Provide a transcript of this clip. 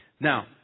Now